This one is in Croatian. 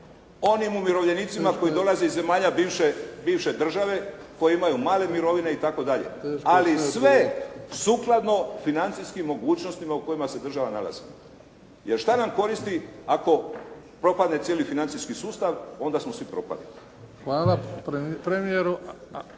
onim umirovljenicima koji dolaze iz zemalja bivše države koji imaju male mirovine itd., ali sve sukladno financijskim mogućnostima u kojima se država nalazi. Jer što nam koristi ako propadne cijeli financijski sustav, onda smo svi propali. **Bebić,